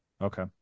Okay